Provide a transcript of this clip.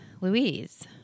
Louise